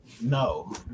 No